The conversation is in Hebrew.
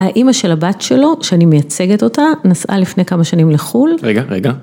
האימא של הבת שלו, שאני מייצגת אותה, נסעה לפני כמה שנים לחול. רגע, רגע.